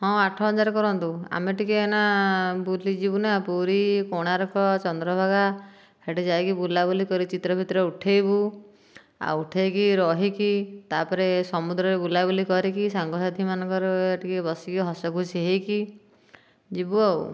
ହଁ ଆଠ ହଜାର କରନ୍ତୁ ଆମେ ଟିକିଏ ଏଇନା ବୁଲି ଯିବୁ ନା ପୁରୀ କୋଣାର୍କ ଚନ୍ଦ୍ରଭାଗା ସେଇଠି ଯାଇକି ବୁଲା ବୁଲି କରିକି ଚିତ୍ର ଫିତ୍ର ଉଠେଇବୁ ଆଉ ଉଠେଇକି ରହିକି ତାପରେ ସମୁଦ୍ରରେ ବୁଲା ବୁଲି କରିକି ସାଙ୍ଗ ସାଥିମାନଙ୍କର ଟିକିଏ ବସିକି ହସ ଖୁସି ହୋଇକି ଯିବୁ ଆଉ